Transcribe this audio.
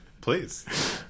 Please